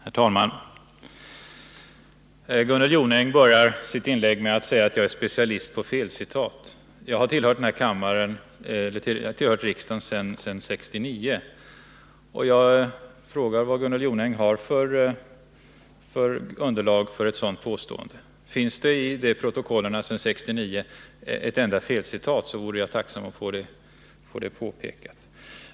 Herr talman! Gunnel Jonäng börjar sitt inlägg med att säga att jag är specialist på felcitat. Jag har tillhört riksdagen sedan 1969, och jag vill fråga vad Gunnel Jonäng har för underlag för ett sådant påstående. Om det i protokollen fr.o.m. 1969 finns ett enda felcitat vore jag tacksam att få det påpekat.